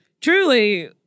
truly